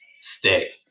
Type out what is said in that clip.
Stay